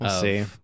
see